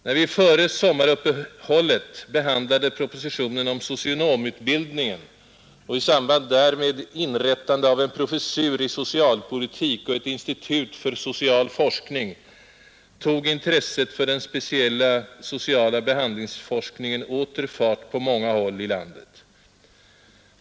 När vi före sommaruppehållet behandlade propositionen om socionomutbildningen och i samband därmed inrättandet av en professur i socialpolitik och ett institut för social forskning, tog intresset för den speciella sociala behandlingsforskningen åter fart på många håll i landet.